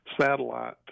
satellite